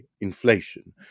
inflation